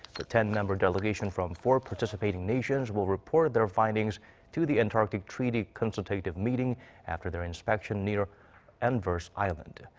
the ten-member delegation from four participating nations will report their findings to the antarctic treaty consultative meeting after their inspection near anvers island.